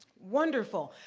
wonderful.